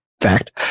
fact